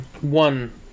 one